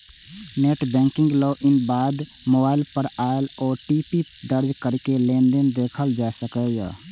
net banking log in के बाद mobile पर आयल ओ.टी.पी दर्ज कैरके लेनदेन देखल जा सकैए